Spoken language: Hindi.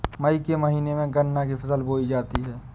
मई के महीने में गन्ना की फसल बोई जाती है